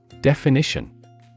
Definition